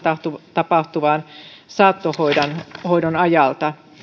tapahtuvan saattohoidon ajalta